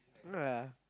no lah